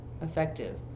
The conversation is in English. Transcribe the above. effective